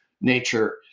nature